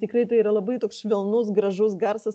tikrai tai yra labai toks švelnus gražus garsas